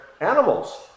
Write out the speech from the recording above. animals